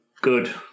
Good